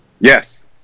yes